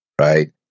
Right